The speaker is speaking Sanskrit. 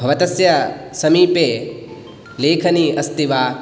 भवतस्य समीपे लेखनी अस्ति वा